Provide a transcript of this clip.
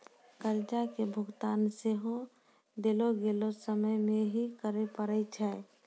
कर्जा के भुगतान सेहो देलो गेलो समय मे ही करे पड़ै छै